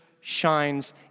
shines